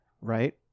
Right